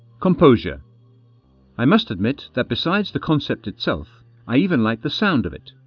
composure i must admit that besides the concept itself i even like the sound of it.